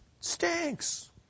Stinks